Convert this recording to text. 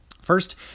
First